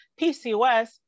PCOS